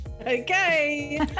Okay